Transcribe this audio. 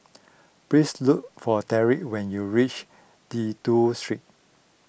please look for Derick when you reach Dido Street